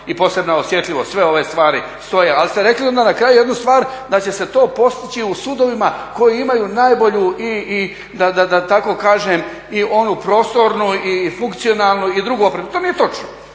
i posebna osjetljivost, sve ove stvari stoje, ali ste rekli onda na kraju jednu stvar, da će se to postići u sudovima koji imaju najbolju da tako kažem i onu prostornu i funkcionalnu i drugu opremu. To nije točno.